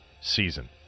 season